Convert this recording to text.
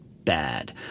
Bad